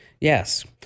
Yes